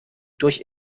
durch